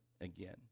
again